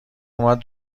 اومد